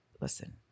Listen